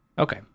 Okay